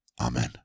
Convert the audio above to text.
Amen